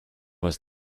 was